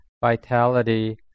vitality